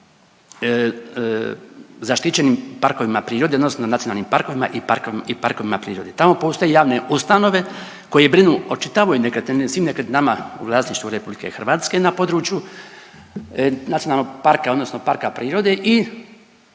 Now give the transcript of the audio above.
zaštićenim parkovima prirode odnosno nacionalnim parkovima i parkovima prirode. Tamo postoje javne ustanove koje brinu o čitavoj nekretnini o svim nekretninama u vlasništvu RH na području nacionalnog parka odnosno parka prirode i